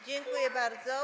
Dziękuję bardzo.